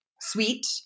sweet